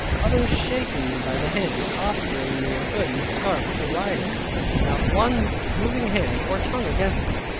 others shaking me by the hand, offering me a hood and scarfe to ride in not one moving hand or tongue against it.